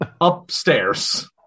Upstairs